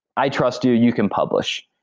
i trust you. you can publish.